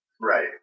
Right